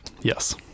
Yes